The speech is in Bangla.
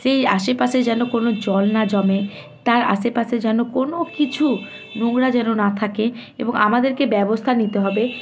সেই আশেপাশে যেন কোনো জল না জমে তার আশেপাশে যেন কোনো কিছু নোংরা যেন না থাকে এবং আমাদেরকে ব্যবস্থা নিতে হবে